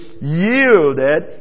yielded